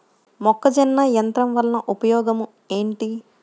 మొక్కజొన్న యంత్రం వలన ఉపయోగము ఏంటి?